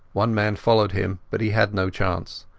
one man followed him, but he had no chance.